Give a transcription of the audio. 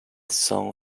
song